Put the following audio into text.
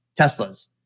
Teslas